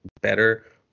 better